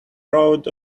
road